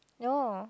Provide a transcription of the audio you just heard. no